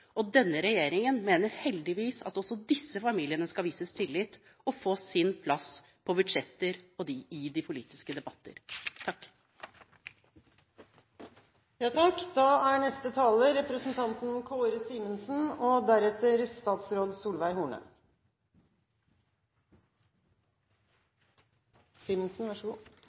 og denne regjeringen mener heldigvis at også disse familiene skal vises tillit og få sin plass på budsjetter og i de politiske debatter. Over år har vi hørt representanter fra Høyre og